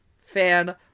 fan